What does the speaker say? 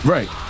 Right